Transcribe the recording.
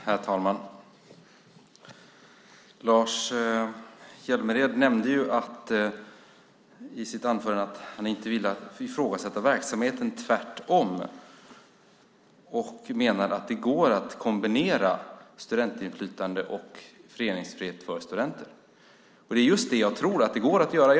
Herr talman! Lars Hjälmered nämnde i sitt anförande att han inte ville ifrågasätta verksamheten. Tvärtom! Han menar att det går att kombinera studentinflytande och föreningsfrihet för studenter. Jag tror att det går att göra.